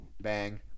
bang